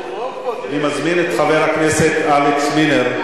אני מזמין את חבר הכנסת אלכס מילר,